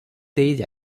ଦେଇ